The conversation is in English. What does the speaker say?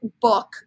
Book